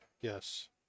Yes